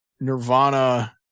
nirvana